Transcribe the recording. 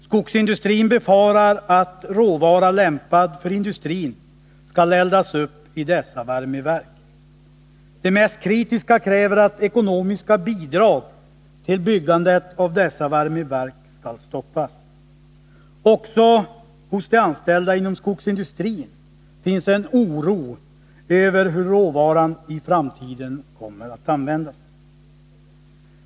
Skogsindustrin befarar att råvara lämpad för industrin skall eldas upp i dessa värmeverk. De mest kritiska kräver att ekonomiska bidrag till byggandet av dessa värmeverk skall stoppas. Också hos de anställda inom skogsindustrin finns en oro över hur råvaran i framtiden kommer att användas.